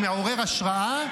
הוא מעורר השראה.